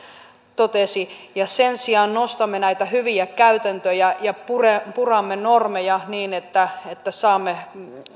totesi ja sen sijaan nostamme näitä hyviä käytäntöjä ja puramme normeja niin että että saamme